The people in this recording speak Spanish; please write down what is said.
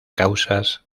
causas